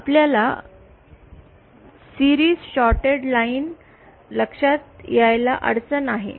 आपल्याला मालिकेतील shorted line लक्षात येयला अडचण आहे